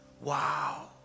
Wow